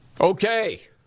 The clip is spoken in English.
Okay